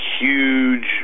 huge